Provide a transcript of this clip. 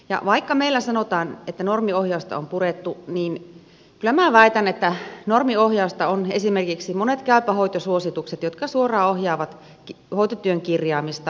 ja vaikka meillä sanotaan että normiohjausta on purettu niin kyllä minä väitän että normiohjausta ovat esimerkiksi monet käypä hoito suositukset jotka suoraan ohjaavat hoitotyön kirjaamista lääkehoidon käytäntöjä